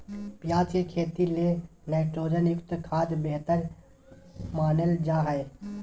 प्याज के खेती ले नाइट्रोजन युक्त खाद्य बेहतर मानल जा हय